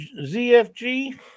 ZFG